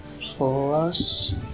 plus